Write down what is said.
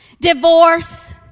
divorce